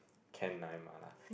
can nine mah lah